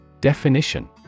Definition